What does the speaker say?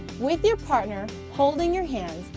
with your partner holding your hands,